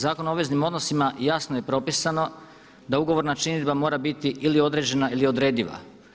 Zakonom o obveznim odnosima jasno je propisano da ugovorna činidba mora biti ili određena ili odrediva.